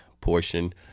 portion